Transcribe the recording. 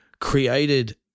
created